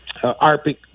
ARPIC